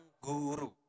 guru